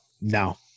No